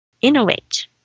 innovate